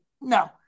No